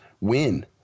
win